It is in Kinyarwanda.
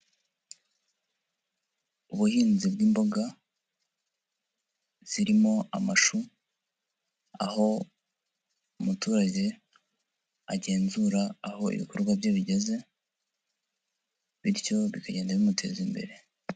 Ubuhinzi bw'imboga zirimo amashu, aho umuturage agenzura aho ibikorwa bye bigeze bityo bikagenda bimuteza imbere.